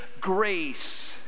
grace